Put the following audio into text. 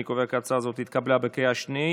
אני קובע כי הצעה זו התקבלה בקריאה השנייה.